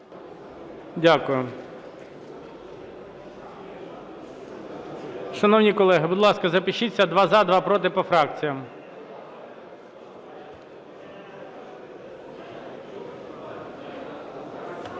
Дякую. Шановні колеги, будь ласка, запишіться: два – за, два – проти по фракціям.